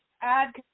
add